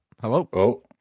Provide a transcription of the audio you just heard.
Hello